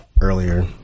earlier